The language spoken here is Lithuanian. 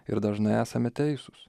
ir dažnai esame teisūs